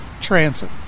transit